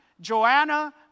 Joanna